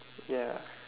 ya